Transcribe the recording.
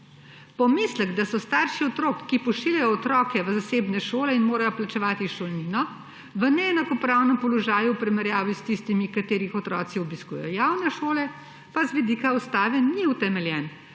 Pomislek, da so starši otrok, ki pošiljalo otroke v zasebne šole in morajo plačevati šolnino, v neenakopravnem položaju v primerjavi s tistimi, katerih otroci obiskujejo javne šole, pa z vidika ustave ni utemeljen.